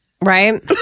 Right